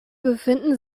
befinden